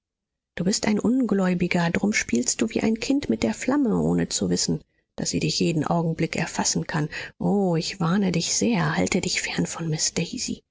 du bist ein ungläubiger drum spielst du wie ein kind mit der flamme ohne zu wissen daß sie dich jeden augenblick erfassen kann o ich warne dich sehr halte dich fern von